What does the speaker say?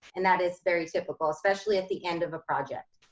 and that is very typical, especially at the end of a project.